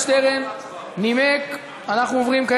אנחנו עוברים,